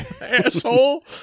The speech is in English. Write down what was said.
Asshole